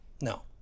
no